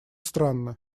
странно